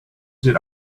did